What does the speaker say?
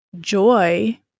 joy